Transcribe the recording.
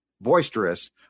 boisterous